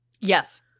Yes